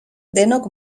denok